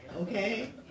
Okay